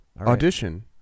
audition